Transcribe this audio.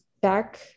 back